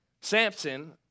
Samson